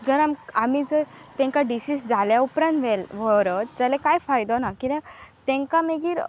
जर आम आमी जर तेंकां डिसीस जाल्या उपरांत व्हल व्हरत जाल्यार कांय फायदो ना कित्याक तेंकां मागीर